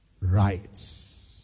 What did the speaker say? rights